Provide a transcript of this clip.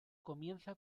comienza